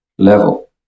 level